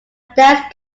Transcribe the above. dance